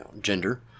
gender